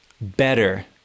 better